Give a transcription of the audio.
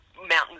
mountains